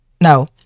No